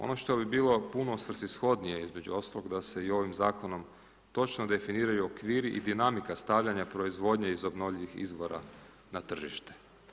Ono što bi bilo puno svrsishodnije između ostalog da se i ovim zakonom točno definiraju okviri i dinamika stavljanja proizvodnje iz obnovljivih izvora na tržište.